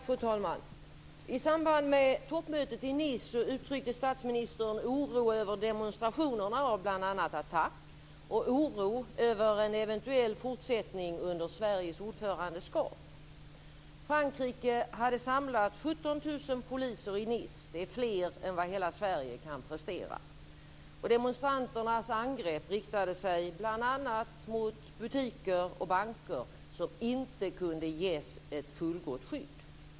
Fru talman! I samband med toppmötet i Nice uttryckte statsministern oro över demonstrationerna av bl.a. Attac och oro över en eventuell fortsättning under Sveriges ordförandeskap. Frankrike hade samlat 17 000 poliser i Nice - det är fler än vad hela Sverige kan prestera. Demonstranternas angrepp riktade sig bl.a. mot butiker och banker som inte kunde ges ett fullgott skydd.